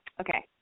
Okay